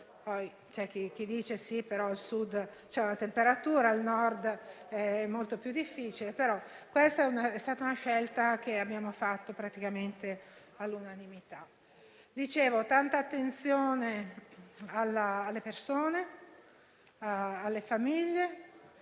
c'è chi dice che al Sud c'è una temperatura e al Nord è molto più difficile, però questa è stata una scelta che abbiamo fatto praticamente all'unanimità. Come dicevo, tanta attenzione è stata riservata alle persone e alle famiglie.